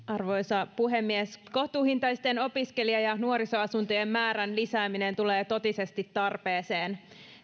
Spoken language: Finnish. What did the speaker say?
arvoisa puhemies kohtuuhintaisten opiskelija ja nuorisoasuntojen määrän lisääminen tulee totisesti tarpeeseen